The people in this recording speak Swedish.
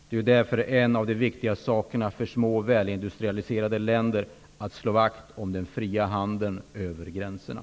Därför är en av de viktigaste sakerna för små välindustrialiserade länder att slå vakt om den fria handeln över gränserna.